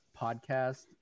podcast